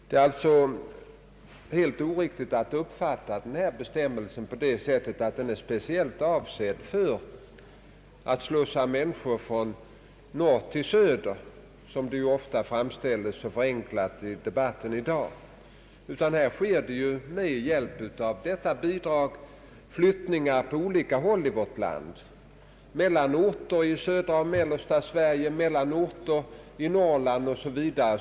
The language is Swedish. Det är helt oriktigt att uppfatta denna bestämmelse på det sättet att den är speciellt avsedd för att slussa människor från norr till söder, såsom det ofta förenklat framställs i debatten i dag. Här sker i stället, med hjälp av detta bidrag, flyttningar på olika håll i vårt land, mellan orter i södra och mellersta Sverige, mellan orter i Norrland o.s.v.